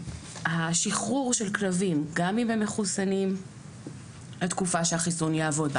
השחרור של כלבים גם אם הם מחוסנים לתקופה שהחיסון יעבוד,